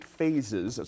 phases